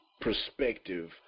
perspective